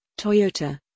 Toyota